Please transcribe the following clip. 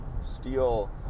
steel